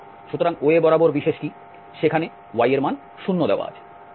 সুতরাং OA বরাবর বিশেষ কি সেখানে y এর মান 0 দেওয়া আছে